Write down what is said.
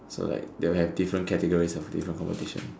so like they'll have different categories of different competition